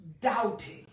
doubting